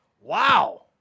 Wow